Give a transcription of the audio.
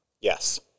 yes